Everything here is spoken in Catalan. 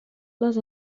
les